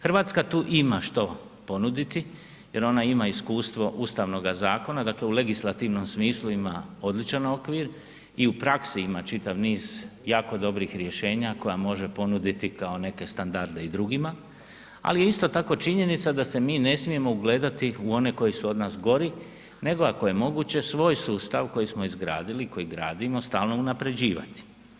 Hrvatska tu ima što ponuditi jer ona ima iskustvo ustavnoga zakona, dakle u legislativnom smislu ima odličan okvir i u praksi ima čitav niz jako dobrih rješenja koja može ponuditi kao neke standarde i drugima, ali je isto tako činjenica da se mi ne smijemo ugledati u one koji su od nas gori, nego ako je moguće svoj sustav koji smo izgradili, koji gradimo stalno unapređivati.